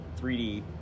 3D